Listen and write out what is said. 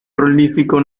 prolífico